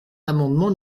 l’amendement